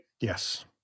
Yes